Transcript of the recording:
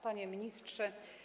Panie Ministrze!